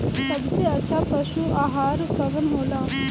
सबसे अच्छा पशु आहार कवन हो ला?